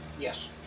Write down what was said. Yes